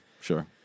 Sure